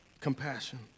compassion